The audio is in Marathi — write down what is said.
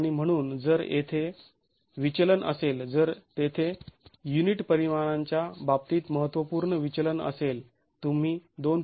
आणि म्हणून जर तेथे विचलन असेल जर तेथे युनिट परिमाणांच्या बाबतीत महत्त्वपूर्ण विचलन असेल तुम्ही २